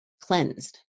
cleansed